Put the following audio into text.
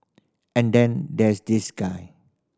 and then there's this guy